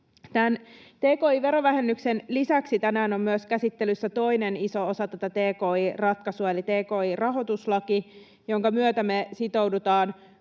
Tämän tki-verovähennyksen lisäksi tänään on myös käsittelyssä toinen iso osa tätä tki-ratkaisua eli tki-rahoituslaki, jonka myötä me sitoudutaan